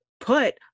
put